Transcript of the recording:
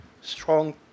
strong